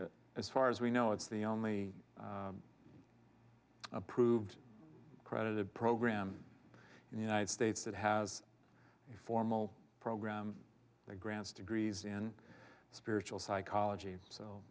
as far as we know it's the only approved credit program in the united states that has a formal program they grants degrees in spiritual psychology so